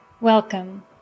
Welcome